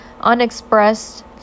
unexpressed